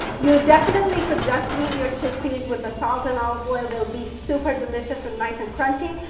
you definitely could just eat your chickpeas with the salt and olive oil. they'll be super delicious and nice and crunchy.